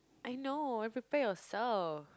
I know prepare yourself